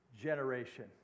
generation